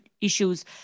issues